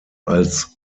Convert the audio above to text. als